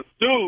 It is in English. dude